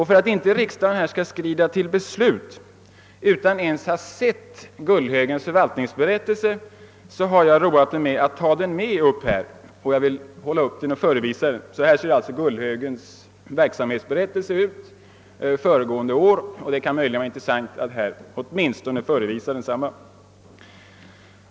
För att kammarledamöterna inte skall skrida till beslut utan att ens ha sett Gullhögens förvaltningsberättelse har jag tagit den med upp i talarstolen för att förevisa den.